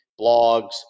blogs